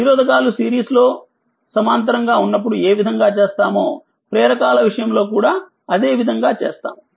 నిరోధకాలు సిరీస్ సమాంతరంగా ఉన్నప్పుడు ఏ విధంగా చేసామో ప్రేరకాల విషయంలో కూడా అదేవిధంగా చేస్తాము